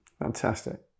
Fantastic